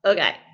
Okay